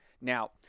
Now